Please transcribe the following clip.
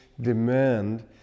demand